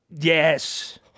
Yes